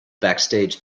backstage